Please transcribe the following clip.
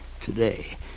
today